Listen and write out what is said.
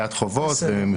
בגביית חובות.